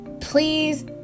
please